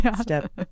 step